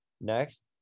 next